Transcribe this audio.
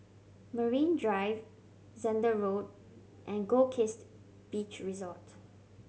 Marine Drive Zehnder Road and Goldkist Beach Resort